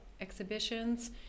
exhibitions